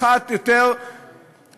האחת יותר מהשנייה,